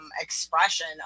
expression